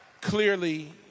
Clearly